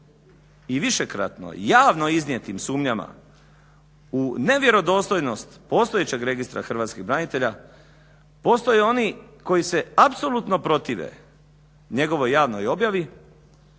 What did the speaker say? i višekratno javno iznijetim sumnjama u nevjerodostojnost postojećeg Registra hrvatskih branitelja postoje oni koji se apsolutno protive njegovoj javnoj objavi